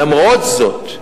למרות זאת,